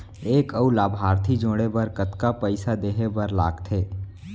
एक अऊ लाभार्थी जोड़े बर कतका पइसा देहे बर लागथे?